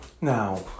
Now